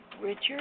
Richard